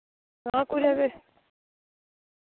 हां कुतै ते